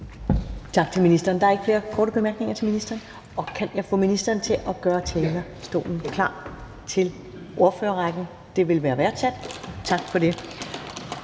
Selv tak). Der er ikke flere korte bemærkninger til ministeren, og kan jeg få ministeren til at gøre talerstolen klar til ordførerrækken? Det ville være værdsat. Tak for det.